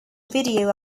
video